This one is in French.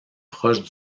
proches